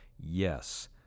Yes